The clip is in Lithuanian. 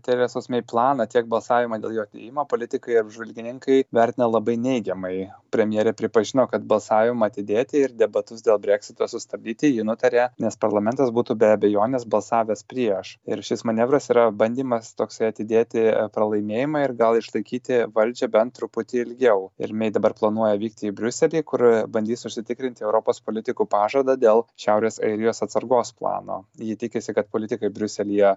teresos mey planą tiek balsavimą dėl jo atidėjimo politikai apžvalgininkai vertina labai neigiamai premjerė pripažino kad balsavimą atidėti ir debatus dėl breksito sustabdyti ji nutarė nes parlamentas būtų be abejonės balsavęs prieš ir šis manevras yra bandymas toksai atidėti pralaimėjimą ir gal išlaikyti valdžią bent truputį ilgiau ir mey dabar planuoja vykti į briuselį kur bandys užsitikrinti europos politikų pažadą dėl šiaurės airijos atsargos plano ji tikisi kad politikai briuselyje